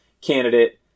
candidate